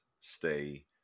stay